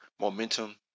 momentum